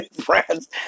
Friends